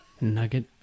Nugget